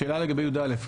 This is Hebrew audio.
שאלה לגבי (י"א).